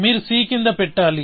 మీరు c కింద పెట్టాలి